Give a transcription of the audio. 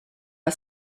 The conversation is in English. are